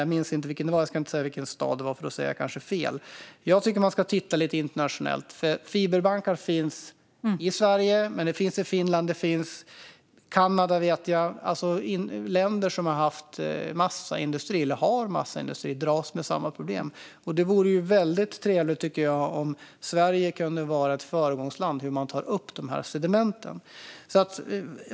Jag minns inte vilken det var eller i vilken stad, och jag vill inte säga fel. Jag tycker att man ska titta internationellt, för det finns fiberbankar i Sverige, Finland och Kanada. Länder som har eller har haft massaindustri dras med samma problem, och jag tycker att det vore väldigt trevligt om Sverige kunde vara ett föregångsland när det gäller hur man ska ta upp sedimenten.